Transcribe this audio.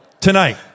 Tonight